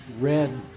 red